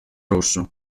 rosso